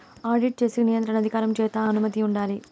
audit చేసేకి నియంత్రణ అధికారం చేత అనుమతి ఉండాలి